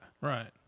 Right